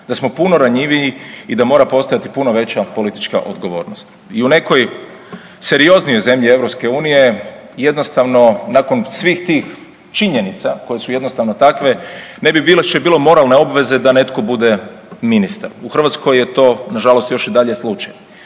da smo puno ranjiviji i da mora postojati puno veća politička odgovornost. I u nekoj serioznijoj zemlji EU jednostavno nakon svih tih činjenica koje su jednostavno takve ne bi bilo više moralne obveze da netko bude ministar, u Hrvatskoj je to nažalost još i dalje slučaj.